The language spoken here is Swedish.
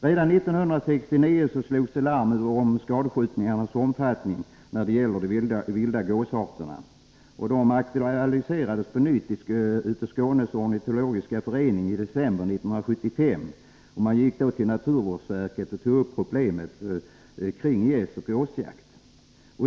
Redan 1969 slogs det larm om skadskjutningarnas omfattning när det gäller de vilda gåsarterna. Det aktualiserades på nytt då Skånes ornitologiska förening i december 1975 hos naturvårdsverket tog upp ett flertal problem kring gäss och gåsjakt.